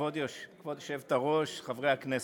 ככה חברי קואליציה,